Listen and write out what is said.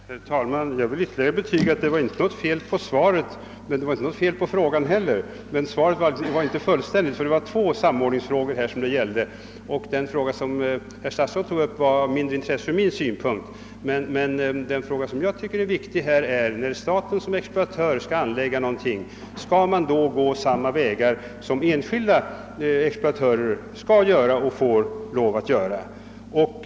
Herr talman! Jag vill ytterligare betyga att det inte var något fel på svaret, men det var det inte på frågan heller. Svaret var emellertid inte fullständigt. Jag har nämligen talat om två samordningsfrågor, och den fråga som statsrådet tog upp var av mindre intresse från min synpunkt. Det problem jag finner viktigt är detta: När staten som exploatör skall anlägga någonting, skall den då gå samma vägar som enskilda exploatörer får lov att göra?